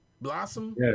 Blossom